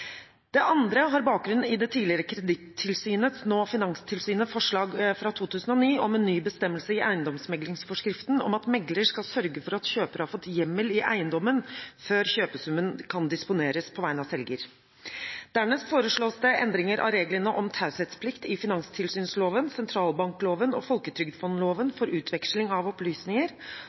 Det andre har bakgrunn i det tidligere Kredittilsynets, nå Finanstilsynet, forslag fra 2009 om en ny bestemmelse i eiendomsmeglingsforskriften om at megler skal sørge for at kjøper har fått hjemmel i eiendommen før kjøpesummen kan disponeres på vegne av selger. Dernest foreslås det endringer av reglene om taushetsplikt i finanstilsynsloven, sentralbankloven og folketrygdfondloven for utveksling av opplysninger,